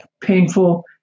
painful